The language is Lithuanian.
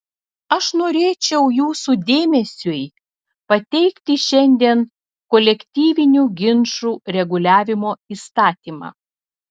aš norėčiau jūsų dėmesiui pateikti šiandien kolektyvinių ginčų reguliavimo įstatymą